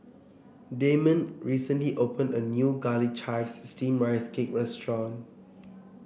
Dameon recently opened a new Garlic Chives Steamed Rice Cake restaurant